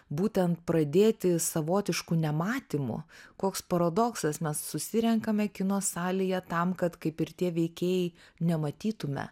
būtent pradėti savotišku nematymu koks paradoksas mes susirenkame kino salėje tam kad kaip ir tie veikėjai nematytume